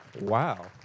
Wow